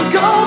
go